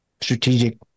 strategic